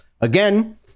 Again